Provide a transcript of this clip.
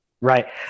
Right